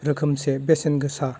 रोखोमसे बेसेन गोसा